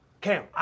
Cam